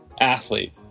athlete